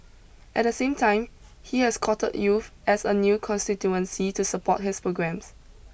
At the same time he has courted youth as a new constituency to support his programmes